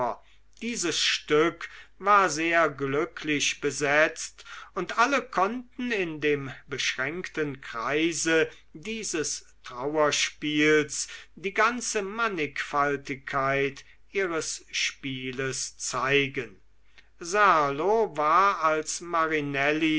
dieses stück war sehr glücklich besetzt und alle konnten in dem beschränkten kreise dieses trauerspiels die ganze mannigfaltigkeit ihres spieles zeigen serlo war als marinelli